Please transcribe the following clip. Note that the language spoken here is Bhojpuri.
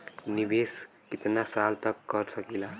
निवेश कितना साल तक कर सकीला?